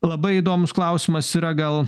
labai įdomus klausimas yra gal